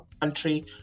country